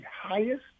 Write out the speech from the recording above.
highest